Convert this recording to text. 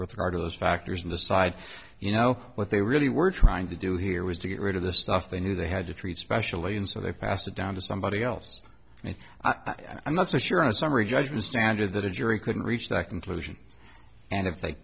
regardless factors and decide you know what they really were trying to do here was to get rid of the stuff they knew they had to treat specially and so they passed it down to somebody else and i'm not so sure in summary judgment standard that a jury couldn't reach that conclusion and if they